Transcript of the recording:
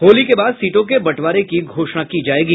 होली के बाद सीटों के बंटवारे की घोषणा की जायेगी